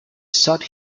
sought